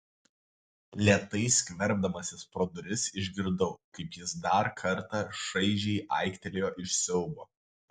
lėtai skverbdamasis pro duris išgirdau kaip jis dar kartą šaižiai aiktelėjo iš siaubo